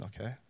okay